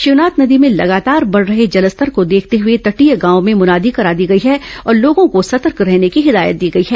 शिवनाथ नदी में लगातार बढ रहे जलस्तर को देखते हुए तटीय गांवों में मुनादी करा दी गई है और लोगों को सतर्क रहने की हिदायत दी गई है